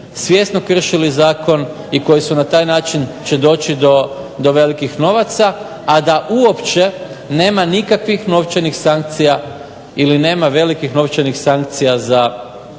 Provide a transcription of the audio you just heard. svjesno kršili zakon i koji će na taj način doći do velikih novaca, a da uopće nema nikakvih novčanih sankcija ili nema velikih novčanih sankcija za